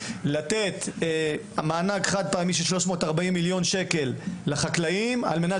לתת מענק חד-פעמי של 340 מיליון שקלים לחקלאים על מנת